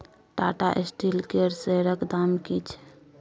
Tata Steel केर शेयरक दाम की छै?